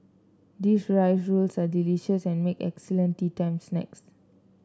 these rice rolls are delicious and make excellent teatime snacks